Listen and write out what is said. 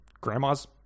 grandma's